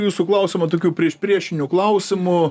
į jūsų klausimą tokiu priešpriešiniu klausimu